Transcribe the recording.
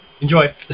Enjoy